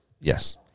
Yes